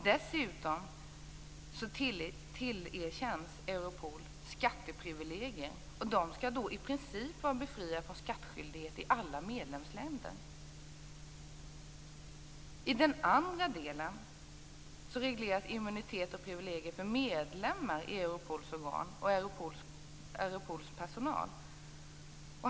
Dessutom tillerkänns Europol skatteprivilegier. De skall i princip vara befriade från skattskyldighet i alla medlemsländer. I den andra delen regleras immunitet och privilegier för medlemmar i Europols organ och för Europols personal.